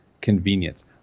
convenience